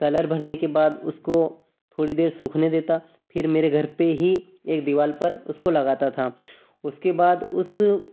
colour भरने के बाद उसको थोड़ी देर सूखने देता फिर मेरे घर पर ही एक दीवाल पर उसको लगाता था उसके बाद उस